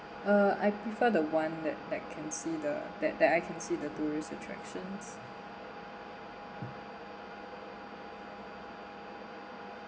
uh I prefer the one that that can see the that that I can see the tourist attractions